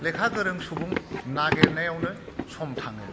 लेखा गोरों सुबुं नागिरनायावनो सम थाङो